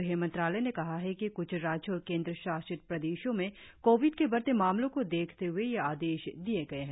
गुह मंत्रालय ने कहा है कि कुछ राज्यों और केन्द्र शासित प्रदेशों में कोविड के बढ़ते मामलों को देखते हए यह आदेश दिये गये हैं